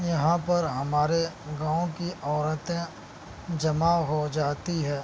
یہاں پر ہمارے گاؤں کی عورتیں جمع ہو جاتی ہے